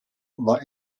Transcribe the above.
war